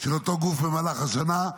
של אותו גוף במהלך השנה,